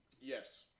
Yes